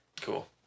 Cool